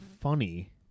funny